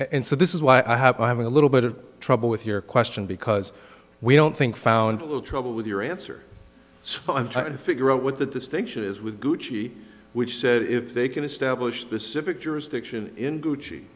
and so this is why i have having a little bit of trouble with your question because we don't think found a little trouble with your answer so i'm trying to figure out what the distinction is with gucci which said if they can establish this civic jurisdiction in